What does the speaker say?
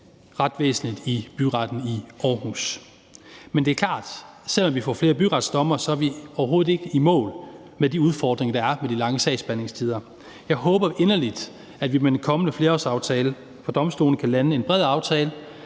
retsvæsenet i byretten i Aarhus. Men det er klart, at selv om vi får flere byretsdommere, er vi overhovedet ikke i mål med de udfordringer, der er med de lange sagsbehandlingstider. Jeg håber inderligt, at vi med den kommende flerårsaftale for domstolene kan lande en bred aftale,